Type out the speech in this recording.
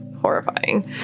horrifying